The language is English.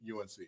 UNC